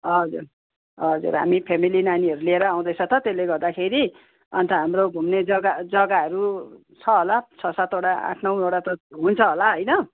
हजुर हजुर हामी फ्यामिली नानीहरू लिएर आउँदैछौँ त त्यसले गर्दाखेरि अन्त हाम्रो जग्गा जग्गाहरू छ होला छ सातवटा आठ नौवटा त हुन्छ होला होइन